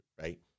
right